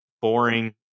boring